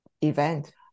event